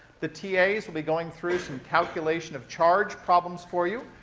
the ta's will be going through some calculation of charge problems for you.